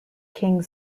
king